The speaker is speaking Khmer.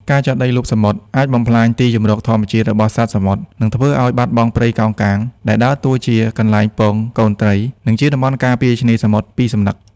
ការចាក់ដីលុបសមុទ្រ អាចបំផ្លាញទីជម្រកធម្មជាតិរបស់សត្វសមុទ្រ និងធ្វើឲ្យបាត់បង់ព្រៃកោងកាង ដែលដើរតួជាកន្លែងពងកូនត្រី និងជាតំបន់ការពារឆ្នេរសមុទ្រពីសំណឹក។